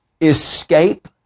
Escape